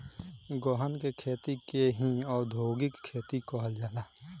गहन के खेती के ही औधोगिक खेती कहल जाला